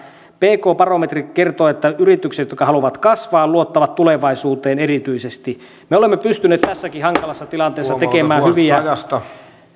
pk barometrit kertovat että yritykset jotka haluavat kasvaa luottavat tulevaisuuteen erityisesti me olemme pystyneet tässäkin hankalassa tilanteessa tekemään